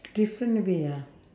different way ah